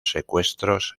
secuestros